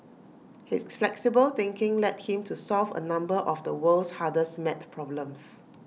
his flexible thinking led him to solve A number of the world's hardest maths problems